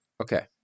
Okay